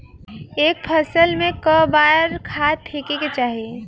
एक फसल में क बार खाद फेके के चाही?